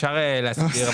אפשר להסביר,